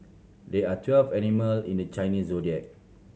there are twelve animal in the Chinese Zodiac